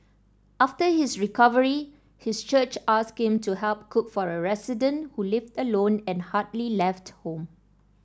after his recovery his church asked him to help cook for a resident who lived alone and hardly left home